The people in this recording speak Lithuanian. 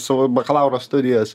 savo bakalauro studijas